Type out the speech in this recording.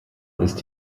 ist